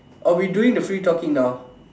oh we doing the free talking now